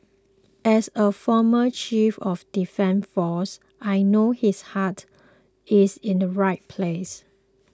as a former chief of defence force I know his heart is in the right place